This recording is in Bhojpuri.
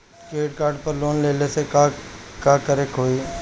क्रेडिट कार्ड पर लोन लेला से का का करे क होइ?